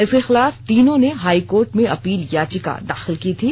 इसके खिलाफ तीनों ने हाई कोर्ट में अपील याचिका दाखिल की थी